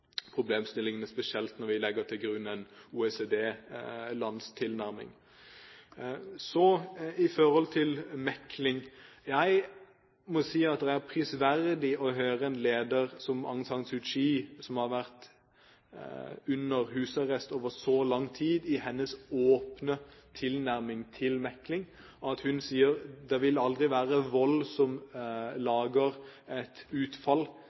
problemstillingene, spesielt når man legger til grunn OECD-lands tilnærming. Når det gjelder forholdet til mekling, vil jeg si at det er prisverdig av en leder som Aung San Suu Kyi, som har vært i husarrest i så lang tid, at hun har en åpen tilnærming til mekling og sier at det aldri vil være vold som lager et utfall